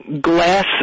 glass